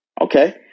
okay